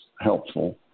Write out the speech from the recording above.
helpful